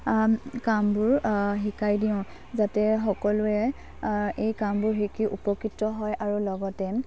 কামবোৰ শিকাই দিওঁ যাতে সকলোৱে এই কামবোৰ শিকি উপকৃত হয় আৰু লগতে